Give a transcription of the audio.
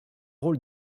rôle